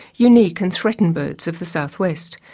unique and threatened birds of the southwest.